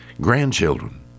grandchildren